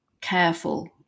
careful